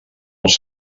els